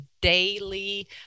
daily